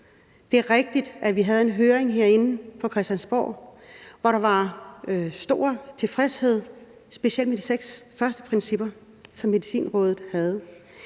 Det er rigtigt, at vi havde en høring herinde på Christiansborg, hvor der var stor tilfredshed med specielt de seks første principper, som Medicinrådet havde